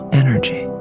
energy